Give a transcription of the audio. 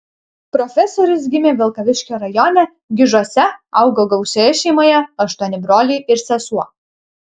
profesorius gimė vilkaviškio rajone gižuose augo gausioje šeimoje aštuoni broliai ir sesuo